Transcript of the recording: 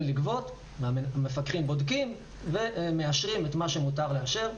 לגבות והמפקחים בודקים ומאשרים את מה שמותר לאשר.